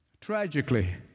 Tragically